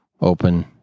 open